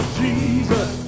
jesus